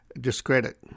discredit